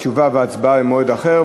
התשובה וההצבעה במועד אחר.